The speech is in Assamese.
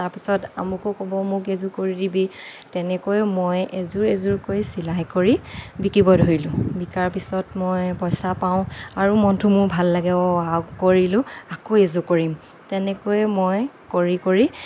তাৰপিছত আমোকে ক'ব মোক এযোৰ কৰি দিবি তেনেকৈয়ে মই এযোৰ এযোৰকৈ চিলাই কৰি বিকিব ধৰিলোঁ বিকাৰ পিছত মই পইচা পাওঁ আৰু মনটো মোৰ ভাল লাগে অঁ কৰিলোঁ আকৌ এযোৰ কৰিম তেনেকৈয়ে মই কৰি কৰি